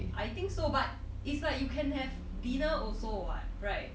I think so but it's like you can have dinner also [what] right